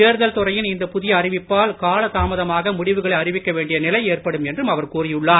தேர்தல் துறையின் இந்த புதிய அறிவிப்பால் கால தாமதமாக முடிவுகளை அறிவிக்க வேண்டிய நிலை ஏற்படும் என்றும் அவர் கூறியுள்ளார்